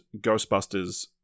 Ghostbusters